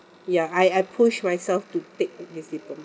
ya I I push myself to take this diploma